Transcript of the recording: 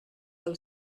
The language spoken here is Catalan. del